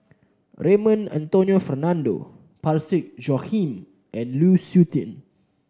Raymond Anthony Fernando Parsick Joaquim and Lu Suitin